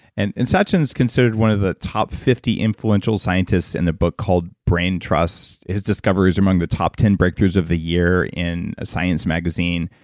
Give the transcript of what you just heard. and satchin is considered one of the top fifty influential scientists in the book called brain trust. his discovery is among the top ten breakthroughs of the year in a science magazine.